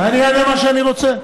אני אענה מה שאני רוצה.